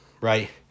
Right